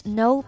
no